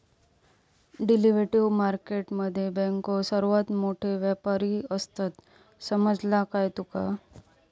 Derivative market मध्ये बँको सर्वात मोठे व्यापारी आसात, समजला काय तुका?